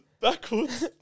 Backwards